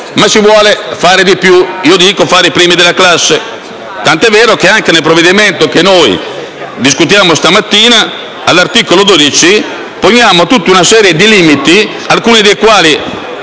ma si vuole fare di più; io dico: si vuole fare i primi della classe. Tant'è vero che anche nel provvedimento che discutiamo questa mattina, all'articolo 12, prevediamo tutta una serie di limiti, alcuni dei quali,